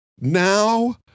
Now